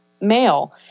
male